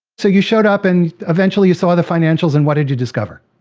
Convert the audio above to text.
so you showed up and, eventually, you saw the financials. and what did you discover?